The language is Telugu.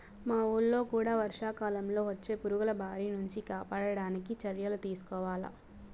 మా వూళ్ళో కూడా వర్షాకాలంలో వచ్చే పురుగుల బారి నుంచి కాపాడడానికి చర్యలు తీసుకోవాల